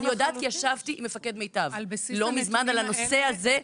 אני יודעת כי ישבתי עם מפקד מיטב לא מזמן על הנושא הזה,